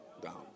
Down